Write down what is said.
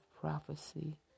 prophecy